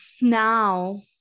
now